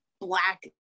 black